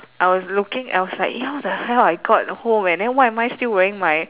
I was looking outside eh how the hell I got home and then why am I still wearing my